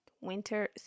winter